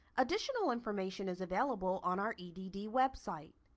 additional information is available on our edd website.